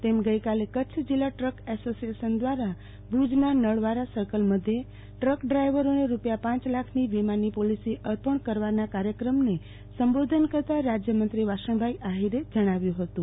તેમ ગઈકાલે કચ્છ જિલ્લા ટ્રક એશોશિએશન ક્રારા ભુજના નળવારા સર્કલ મધ્યે ટ્રક ડ્રાયવરોને રૂપિયા પાંચ લાખની વીમાની પોલીસી અર્પણ કરવાના કાર્યક્રમને સંબોધન કરતા રાજયમંત્રી વાસણભાઈ આફીરે જણાવ્યુ હતું